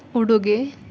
ಉಡುಗೆ